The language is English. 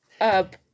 up